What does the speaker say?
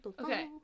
Okay